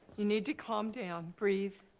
you need to calm down, breathe,